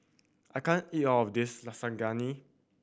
I can't eat all of this Lasagne